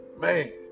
man